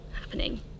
happening